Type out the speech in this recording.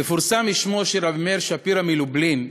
מפורסם שמו של רבי מאיר שפירא מלובלין,